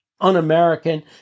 un-American